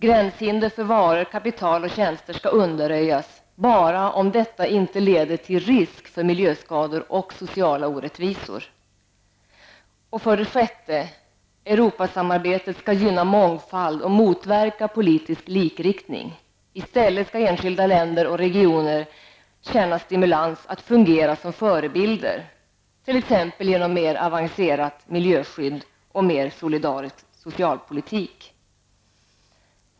Gränshinder för varor, kapital och tjänster skall undanröjas, förutsatt att detta inte leder till risk för miljöskador och sociala orättvisor. 6. Europasamarbetet skall gynna mångfald och motverka politisk likriktning; i stället skall enskilda länder och regioner känna stimulans att fungera som förebilder, t.ex. genom mer avancerat miljöskydd eller mer solidarisk socialpolitik.